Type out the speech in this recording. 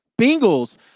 Bengals